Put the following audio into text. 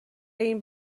این